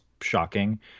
shocking